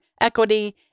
equity